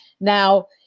Now